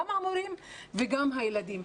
גם המורים וגם הילדים.